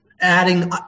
adding